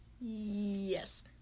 Yes